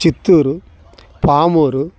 Chittoor Pamuru